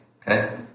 okay